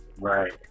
right